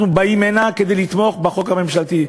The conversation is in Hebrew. אנחנו באים הנה כדי לתמוך בחוק הממשלתי.